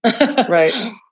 Right